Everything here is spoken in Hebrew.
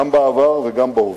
גם בעבר וגם בהווה.